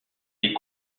est